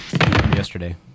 yesterday